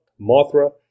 Mothra